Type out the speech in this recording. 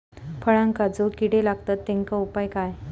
फळांका जो किडे लागतत तेनका उपाय काय?